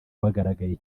wagaragaye